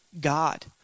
God